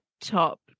top